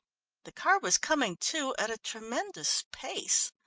the car was coming too, at a tremendous pace.